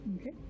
Okay